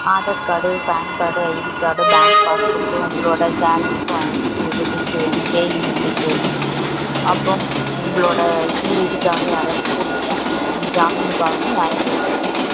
Aadhaar card PAN card ID card bank passbook உங்களோட salary பா இது லிஸ்ட்டு வேணும் பேயிங் சொல்லிவிட்டு வேணும் அப்புறம் உங்களோட ஸ்யூரிட்டிக்காக யாராவது கூட ஜாமீனுக்காகவும் யாராவது ஒருத்தர் கூட கூட்டிகிட்டுவாங்க